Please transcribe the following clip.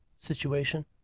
situation